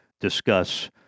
discuss